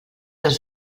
els